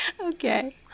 Okay